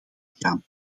ingaan